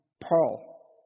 Paul